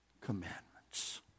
commandments